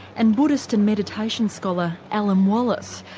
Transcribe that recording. and buddhist and meditation scholar alan wallace.